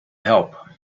help